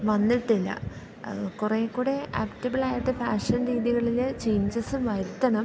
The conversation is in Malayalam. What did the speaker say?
വന്നിട്ടില്ല അത് കുറേക്കൂടി ആപ്റ്റബ്ളായിട്ട് ഫാഷൻ രീതികളിൽ ചേഞ്ചസ് വരുത്തണം